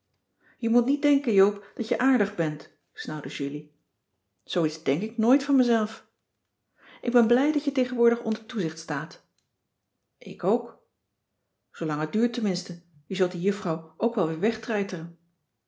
je moet niet denken joop dat je aardig bent snauwde julie cissy van marxveldt de h b s tijd van joop ter heul zooiets denk ik nooit van mezelf ik ben blij dat je tegenwoordig onder toezicht staat ik ook zoolang het duurt tenminste je zult die juffrouw ook wel weer wegtreiteren